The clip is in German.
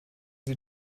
sie